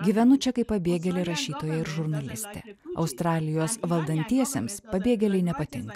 gyvenu čia kaip pabėgėlė rašytoja ir žurnalistė australijos valdantiesiems pabėgėliai nepatinka